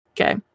okay